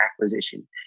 acquisition